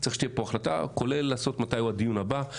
צריך שתהיה פה החלטה כולל לעשות מתי הוא הדיון הבא.